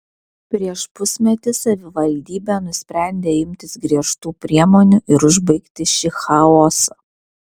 prieš pusmetį savivaldybė nusprendė imtis griežtų priemonių ir užbaigti šį chaosą